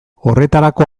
horretarako